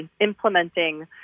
implementing